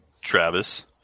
Travis